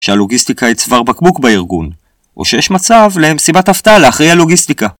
שהלוגיסטיקה היא צוואר בקבוק בארגון או שיש מצב למסיבת הפתעה לאחראי לוגיסטיקה